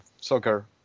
soccer